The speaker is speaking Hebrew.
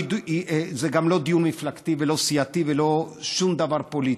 זה גם לא דיון מפלגתי ולא סיעתי ולא שום דבר פוליטי.